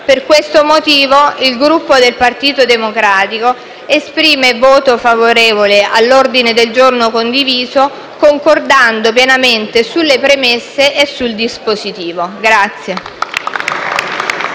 Per questi motivi, il Gruppo del Partito Democratico esprimerà voto favorevole all'ordine del giorno condiviso, concordando pienamente sulle premesse e sul dispositivo.